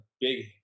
big